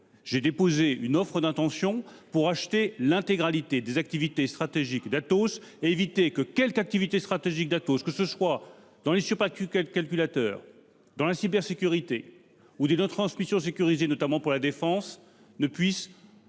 j’ai déposé une offre d’intention pour acheter l’intégralité des activités stratégiques d’Atos et éviter que la moindre d’entre elles, que ce soit dans les supercalculateurs, dans la cybersécurité ou dans les transmissions sécurisées, notamment pour la défense, ne puisse passer